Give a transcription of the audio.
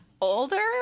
older